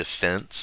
defense